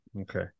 Okay